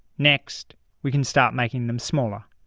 next we can start making them smaller.